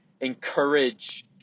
Encourage